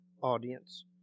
audience